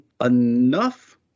enough